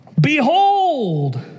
behold